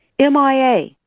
MIA